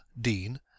Dean